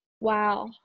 Wow